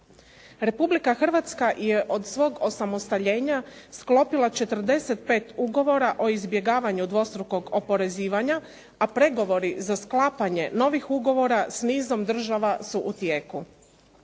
Republika Hrvatska je od svog osamostaljenja sklopila 45 ugovora o izbjegavanju dvostrukog oporezivanja, a pregovori za sklapanje novih ugovora s nizom država su u tijeku.